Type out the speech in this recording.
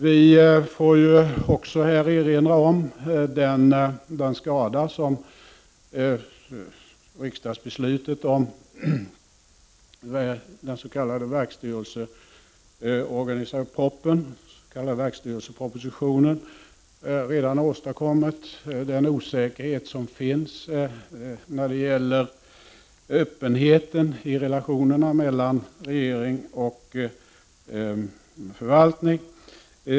Jag får här erinra om den skada som riksdagsbeslutet med anledning av den s.k. verkstyrelsepropositionen redan har åstadkommit och den osäkerhet som finns när det gäller öppenheten i relationerna mellan regering och förvaltning.